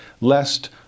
lest